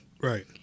Right